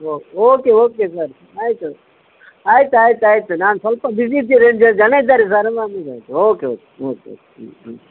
okay okay okay sir ಆಯಿತು ಆಯ್ತು ಆಯ್ತು ಆಯ್ತು ನಾನು ಸ್ವಲ್ಪ ಬ್ಯುಸಿ ಇದ್ದೇನೆ ಜನ ಇದ್ದಾರೆ ಸರ್ ಓಕೆ ಓಕೆ ಹ್ಞೂ ಹ್ಞೂ